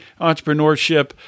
entrepreneurship